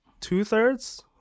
two-thirds